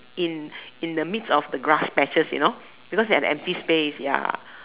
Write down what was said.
in in the midst of the grass patches you know because they had an empty space ya